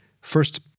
First